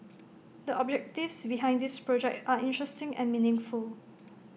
the objectives behind this project are interesting and meaningful